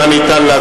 מה אפשר לעשות.